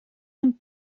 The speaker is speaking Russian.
ним